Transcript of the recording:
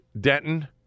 Denton